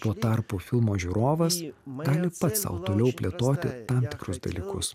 tuo tarpu filmo žiūrovas gali pats sau toliau plėtoti tam tikrus dalykus